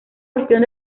cuestión